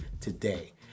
today